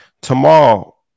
Tomorrow